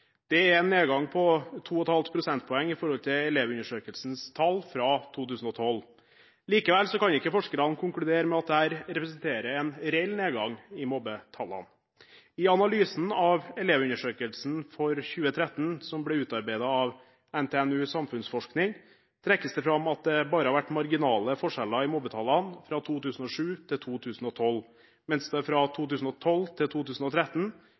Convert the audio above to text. Det er en nedgang på 2,5 prosentpoeng i forhold til Elevundersøkelsens tall fra 2012. Likevel kan ikke forskerne konkludere med at dette representerer en reell nedgang i mobbetallene. I analysen av Elevundersøkelsen for 2013, som ble utarbeidet av NTNU Samfunnsforskning, trekkes det fram at det bare har vært marginale forskjeller i mobbetallene fra 2007 til 2012, mens det fra 2012 til 2013